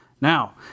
Now